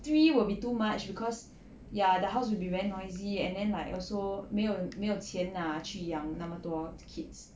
three will be too much cause ya the house will be very noisy and then like also 没有没有钱拿去养那么多 kids